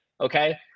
Okay